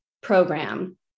program